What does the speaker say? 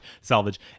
salvage